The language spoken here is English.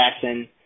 Jackson